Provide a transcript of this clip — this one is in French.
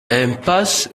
impasse